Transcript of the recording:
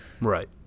Right